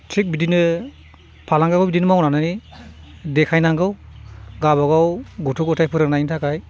थिक बिदिनो फालांगियाबो बिदिनो मावनानै देखायनांगौ गावबा गाव गथ' गथाय फोरोंनायनि थाखाय